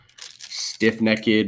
stiff-necked